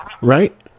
right